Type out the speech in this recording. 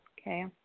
Okay